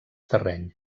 terreny